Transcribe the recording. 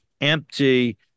empty